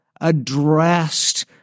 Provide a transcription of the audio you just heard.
addressed